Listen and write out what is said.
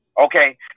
okay